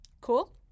cool